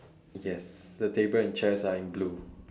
yes the table and chairs are in blue